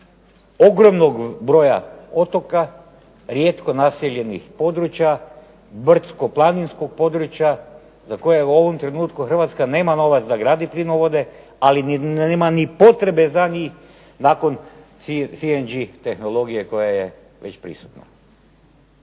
ogromnog broja otoka, rijetko naseljenih područja, brdsko planinskog područja za koje u ovom trenutku Hrvatska nema novac da gradi plinovode, ali nema ni potrebe za njih nakon C&G tehnologije koja je već prisutna.